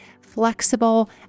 flexible